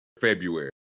February